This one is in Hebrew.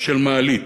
של מעלית.